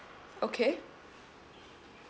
okay